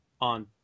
on